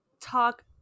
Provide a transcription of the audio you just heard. talk